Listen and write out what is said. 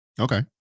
Okay